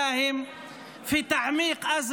משום שאנו רוצים לתרום להגדלת המכשול של הממשלה הזאת